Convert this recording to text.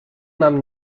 nam